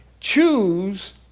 Choose